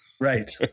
Right